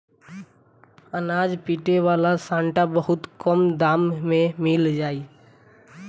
अनाज पीटे वाला सांटा बहुत कम दाम में मिल जाई